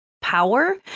power